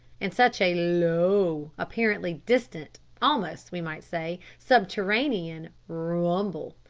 and such a low apparently distant, almost, we might say, subterranean rumble,